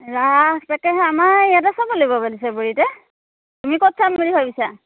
ৰাস তাকেহে আমাৰ ইয়াতে চাব লাগিব তে তুমি ক'ত চাম বুলি ভাবিছাঁ